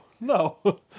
no